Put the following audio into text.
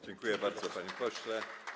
Dziękuję bardzo, panie pośle.